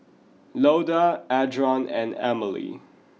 Loda Adron and Amalie